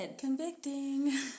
Convicting